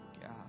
God